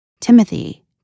Timothy